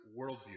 worldview